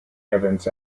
evans